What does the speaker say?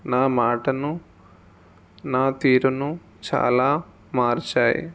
నా మాటను నా తీరును చాలా మార్చాయి